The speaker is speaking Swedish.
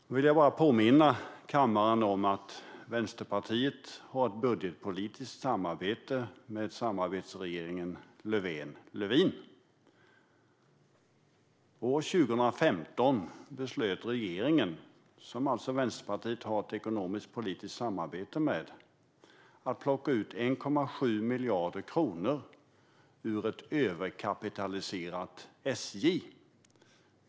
Jag vill bara påminna kammaren om att Vänsterpartiet har ett budgetpolitiskt samarbete med samarbetsregeringen Löfven-Lövin. År 2015 beslöt regeringen, som alltså Vänsterpartiet har ett ekonomisk-politiskt samarbete med, att plocka ut 1,7 miljarder kronor ur ett överkapitaliserat SJ.